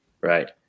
Right